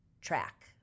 track